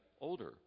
older